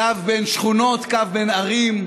קו בין שכונות, קו בין ערים,